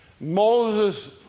Moses